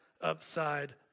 upside